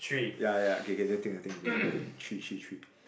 ya ya okay K I think I think I think three three three